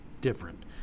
different